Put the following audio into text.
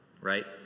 right